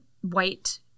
white